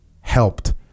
helped